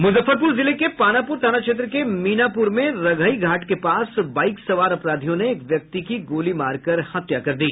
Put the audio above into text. मुजफ्फरपुर जिले के पानापुर थाना क्षेत्र के मीनापुर में रघईघाट के पास बाईक सवार अपराधियों ने एक व्यक्ति की गोली मारकर हत्या कर दी